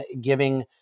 giving